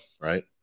right